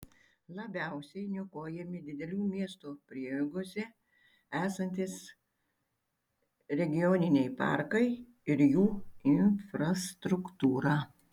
labiausiai niokojami didelių miesto prieigose esantys regioniniai parkai ir jų infrastruktūra